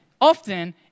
often